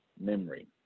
memory